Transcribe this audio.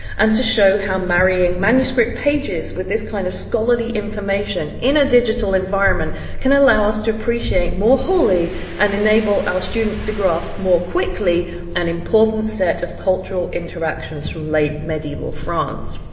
and to show how marrying manuscript pages with this kind of scholarly information in a digital environment can allow us to appreciate more wholly and enable our students to grasp more quickly an important set of cultural interactions from late medieval france.